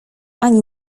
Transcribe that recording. ani